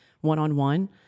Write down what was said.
one-on-one